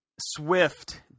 Swift